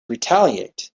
retaliate